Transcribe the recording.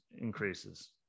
increases